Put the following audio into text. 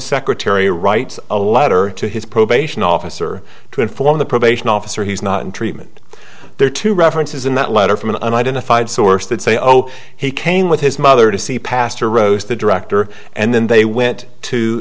secretary writes a letter to his probation officer to inform the probation officer he's not in treatment there are two references in that letter from an unidentified source that say oh he came with his mother to see pastor rose the director and then they went to